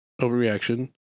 overreaction